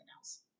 else